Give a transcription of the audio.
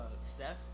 Seth